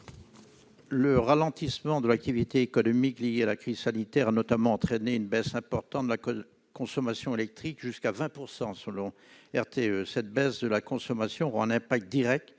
Le ralentissement de l'activité économique lié à la crise sanitaire a notamment entraîné une baisse importante de la consommation d'électricité, jusqu'à 20 % selon RTE. Cette baisse de la consommation aura un effet direct